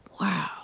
wow